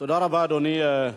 תודה רבה, אדוני.